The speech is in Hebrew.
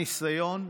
הניסיון,